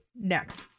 next